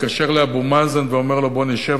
לאבו מאזן ואומר לו: בוא נשב,